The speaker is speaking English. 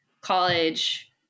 college